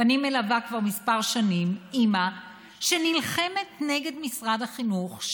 ואני מלווה כבר כמה שנים אימא שנלחמת נגד משרד החינוך,